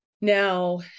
now